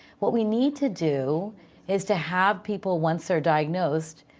what we need to do is to have people once they're diagnosed,